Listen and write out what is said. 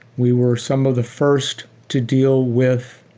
we were some of the first to deal with,